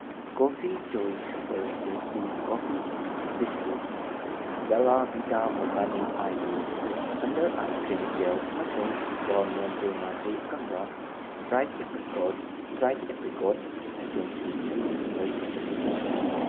coffee Joy super tasty Coffee Thins biscuits Bella Vita Organic Eyelift under eye cream gel ꯑꯃꯁꯨꯡ Don Monte ꯃꯥꯜꯍꯩ ꯑꯀꯪꯕ dried apricot dried apricots ꯑꯥꯏꯇꯦꯝꯁꯤꯡ ꯑꯩꯒꯤ ꯑꯣꯔꯗꯔꯒꯤ status ꯀꯔꯤꯅꯣ